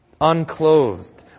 unclothed